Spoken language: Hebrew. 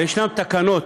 ויש תקנות